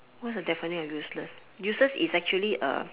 what is the definition of useless useless is actually a